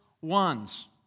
ones